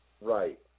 right